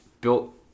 built